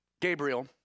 Gabriel